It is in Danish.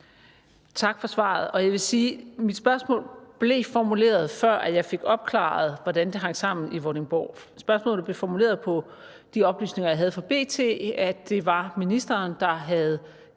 Tak for svaret. Jeg vil sige, at mit spørgsmål blev formuleret, før jeg fik opklaret, hvordan det hang sammen i Vordingborg. Spørgsmålet blev formuleret ud fra de oplysninger, jeg havde fra B.T., altså at det var ministeren, der havde